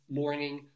morning